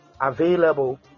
available